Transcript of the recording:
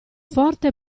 forte